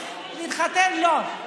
ולהתחתן לא.